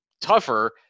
tougher